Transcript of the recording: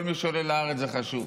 כל מי שעולה לארץ זה חשוב.